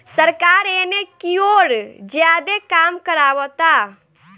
सरकार एने कियोर ज्यादे काम करावता